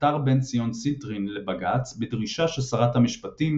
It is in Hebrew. עתר בן-ציון ציטרין לבג"ץ בדרישה ששרת המשפטים,